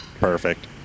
Perfect